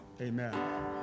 amen